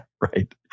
Right